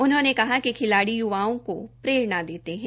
उन्होंने कहा कि खिलाड़ी य्वाओं को प्रेरणा देते है